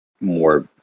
more